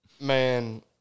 man